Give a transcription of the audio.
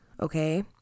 okay